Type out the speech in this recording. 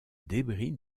débris